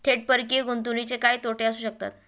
थेट परकीय गुंतवणुकीचे काय तोटे असू शकतात?